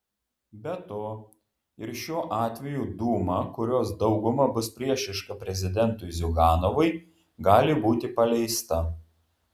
be to ir šiuo atveju dūma kurios dauguma bus priešiška prezidentui ziuganovui gali būti paleista